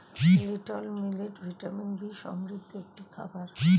little millet vitamin B সমৃদ্ধ একটি খাবার